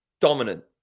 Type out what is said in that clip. Dominant